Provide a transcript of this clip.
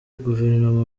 guverinoma